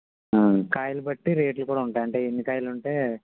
కాయలు బట్టి రేట్లు గూడా ఉంటాయి అంటే ఎన్ని కాయలుంటే